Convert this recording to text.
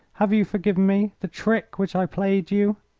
have you forgiven me the trick which i played you?